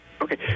Okay